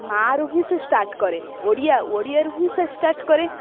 ମା'ରୁ ହିଁ ସେ ଷ୍ଟାର୍ଟ୍ କରେ ଓଡ଼ିଆ ଓଡ଼ିଆରୁ ହିଁ ଷ୍ଟାର୍ଟ୍ କରେ